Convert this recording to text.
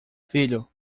filho